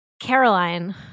Caroline